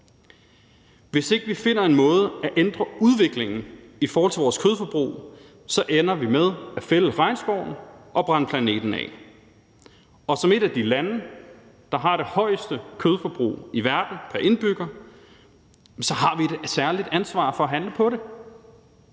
Hvis ikke vi finder en måde at ændre udviklingen i forhold til vores kødforbrug på, så ender vi med at fælde regnskoven og brænde planeten af. Og som et af de lande, der har det højeste kødforbrug i verden pr. indbygger, så har vi da et særligt ansvar for at handle på det.